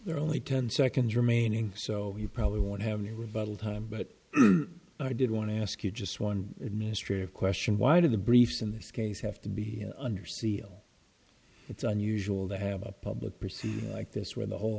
are only ten seconds remaining so you probably won't have any rebuttal time but i did want to ask you just one administrative question why did the briefs in this case have to be under seal it's unusual to have a public proceed like this where the whole